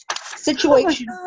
situation